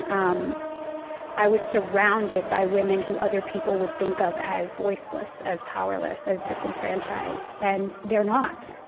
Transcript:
um i was surrounded by women who other people would think of as voiceless, as powerless, as disenfranchised. and they're not.